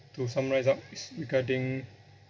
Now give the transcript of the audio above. to summarise up is regarding